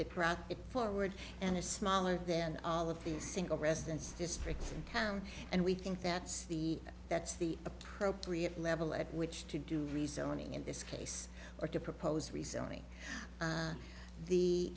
the proud it forward and is smaller than all of the single residence districts in town and we think that's the that's the appropriate level at which to do rezoning in this case or to propose recently